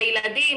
לילדים